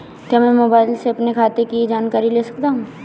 क्या मैं मोबाइल से अपने खाते की जानकारी ले सकता हूँ?